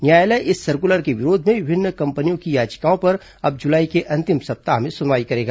न्यायालय इस सर्कुलर के विरोध में विभिन्न कंपनियों की याचिकाओं पर अब जुलाई के अंतिम सप्ताह में सुनवाई करेगा